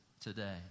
today